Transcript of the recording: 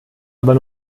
aber